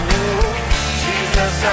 Jesus